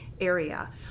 area